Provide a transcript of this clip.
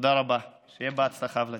תודה רבה, שיהיה בהצלחה, ולדימיר.